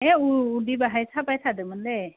ए उदै बाहाय साबाय थादोमोनलै